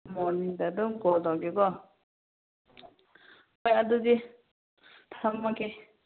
ꯃꯣꯔꯅꯤꯡꯗ ꯑꯗꯨꯝ ꯀꯣꯜ ꯇꯧꯒꯦ ꯀꯣ ꯍꯣꯏ ꯑꯗꯨꯗꯤ ꯊꯝꯃꯒꯦ